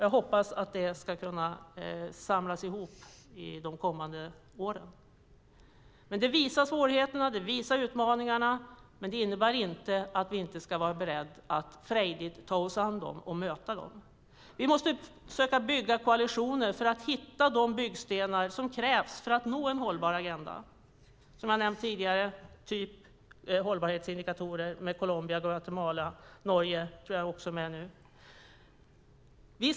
Jag hoppas att det kan samlas ihop de kommande åren. Detta visar svårigheterna och utmaningarna, men det innebär inte att vi inte ska vara beredda att frejdigt ta oss an dem och möta dem. Vi måste försöka bygga koalitioner och hitta de byggstenar som krävs för att nå en hållbar agenda, till exempel hållbarhetsindikatorer med Colombia, Guatemala och Norge, som jag också tror är med nu.